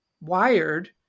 wired